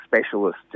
specialist